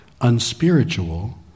unspiritual